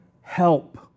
help